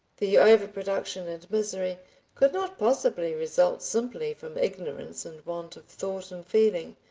the overproduction and misery could not possibly result simply from ignorance and want of thought and feeling.